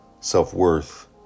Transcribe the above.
self-worth